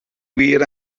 wir